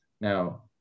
Now